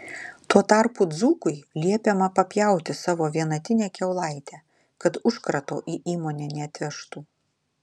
tuo tarpu dzūkui liepiama papjauti savo vienatinę kiaulaitę kad užkrato į įmonę neatvežtų